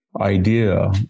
idea